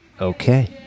Okay